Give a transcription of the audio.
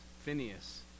Phineas